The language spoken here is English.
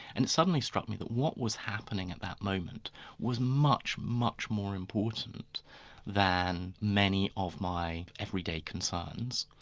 and it suddenly struck me that what was happening at that moment was much, much more important than many of my everyday concerns.